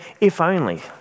if-only